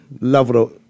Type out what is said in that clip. level